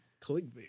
Clickbait